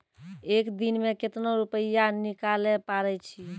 एक दिन मे केतना रुपैया निकाले पारै छी?